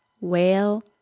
whale